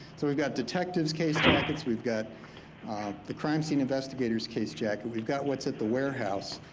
so we've got detectives, case jackets, we've got the crime scene investigator's case jacket, we've got what's at the warehouse,